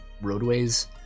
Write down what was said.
roadways